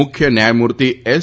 મુખ્ય ન્યાયમૂર્તિ એસ